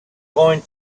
going